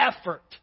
effort